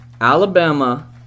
Alabama